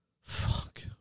Fuck